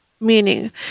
meaning